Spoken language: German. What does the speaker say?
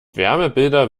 wärmebilder